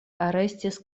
arestis